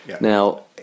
Now